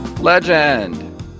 legend